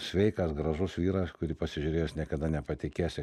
sveikas gražus vyras kurį pasižiūrėjus niekada nepatikėsi